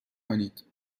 کنید